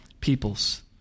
peoples